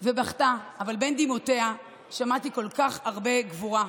ובכתה, אבל בין דמעותיה שמעתי כל כך הרבה גבורה.